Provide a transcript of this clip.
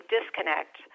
disconnect